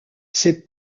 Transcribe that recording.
c’est